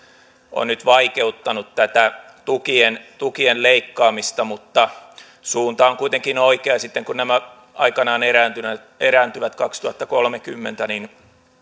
on nyt vaikeuttanut tätä tukien tukien leikkaamista mutta suunta on kuitenkin oikea ja sitten kun nämä aikanaan erääntyvät erääntyvät kaksituhattakolmekymmentä niin